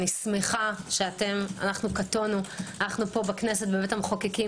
אנו בכנסת פה המחוקקים,